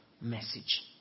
message